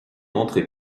entrée